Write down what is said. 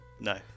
No